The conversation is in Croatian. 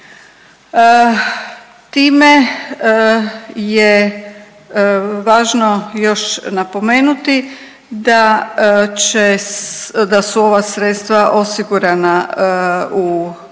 Time je važno još napomenuti da su ova sredstva osigurana u proračunu